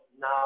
now